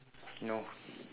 no